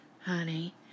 honey